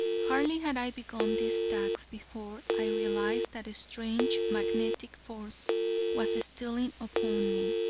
hardly had i begun this task before i realized that a strange magnetic force was stealing upon me.